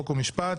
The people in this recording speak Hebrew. חוק ומשפט.